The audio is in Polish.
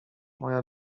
moja